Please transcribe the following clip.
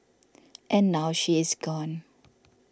and now she is gone